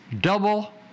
Double